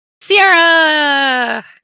Sierra